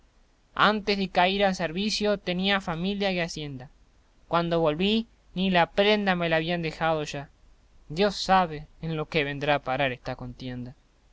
antes de cair al servicio tenia familia y hacienda cuando volví ni la prenda me la habían dejao ya dios sabe en lo que vendrá a parar esta contienda